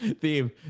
theme